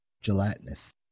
gelatinous